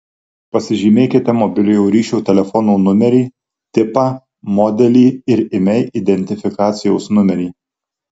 pasižymėkite mobiliojo ryšio telefono numerį tipą modelį ir imei identifikacijos numerį